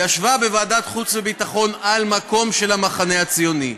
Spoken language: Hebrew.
ישבה בוועדת החוץ והביטחון על מקום של המחנה הציוני,